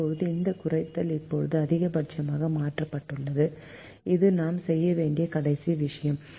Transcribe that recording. இப்போது இந்த குறைத்தல் இப்போது அதிகபட்சமாக மாற்றப்பட்டுள்ளது இது நாம் செய்ய வேண்டிய கடைசி விஷயம்